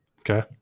Okay